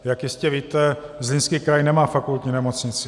Jak jistě víte, Zlínský kraj nemá fakultní nemocnici.